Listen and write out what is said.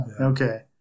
Okay